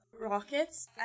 rockets